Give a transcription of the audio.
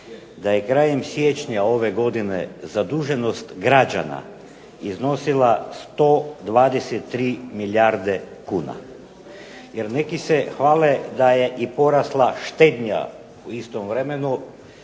da je krajem siječnja ove godine zaduženost građana iznosila 123 milijarde kuna. Jer neki se hvale da je i porasla štednja u istom vremenu